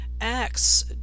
Acts